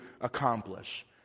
accomplish